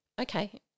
okay